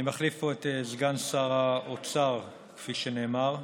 אני מחליף פה את סגן שר האוצר, כפי שנאמר.